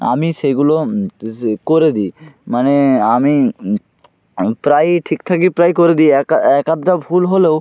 আমি সেগুলো স করে দিই মানে আমি আমি প্রায় ঠিকঠাকই প্রায় করে দিই একা এক আধটা ভুল হলেও